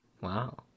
Wow